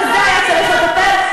ובזה היה צריך לטפל,